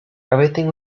everything